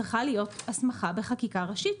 צריכה להיות הסמכה בחקיקה ראשית,